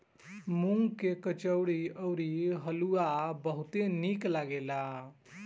मूंग के कचौड़ी अउरी हलुआ बहुते निक बनेला